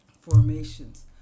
formations